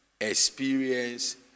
experience